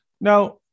Now